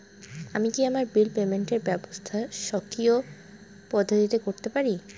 আমি কি আমার বিল পেমেন্টের ব্যবস্থা স্বকীয় পদ্ধতিতে করতে পারি?